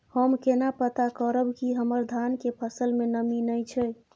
हम केना पता करब की हमर धान के फसल में नमी नय छै?